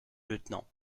lieutenant